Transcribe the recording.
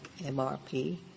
MRP